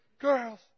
girls